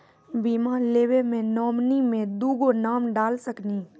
बीमा लेवे मे नॉमिनी मे दुगो नाम डाल सकनी?